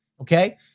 Okay